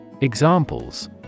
Examples